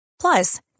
Plus